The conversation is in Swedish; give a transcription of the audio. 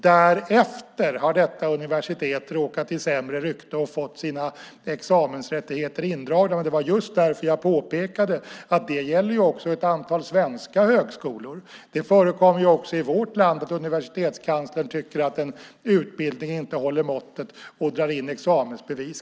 Därefter har detta universitet råkat i sämre rykte och fått sina examensrättigheter indragna. Det var just därför jag påpekade att det också gäller ett antal svenska högskolor. Det förekommer också i vårt land att universitetskanslern tycker att en utbildning inte håller måttet och drar in examensbevis.